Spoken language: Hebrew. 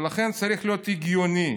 ולכן צריך להיות הגיוני,